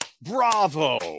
Bravo